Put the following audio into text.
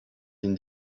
been